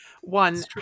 one